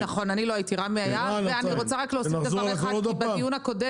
אני רוצה להוסיף דבר אחד בדיון הקודם